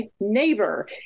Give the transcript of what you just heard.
neighbor